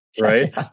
right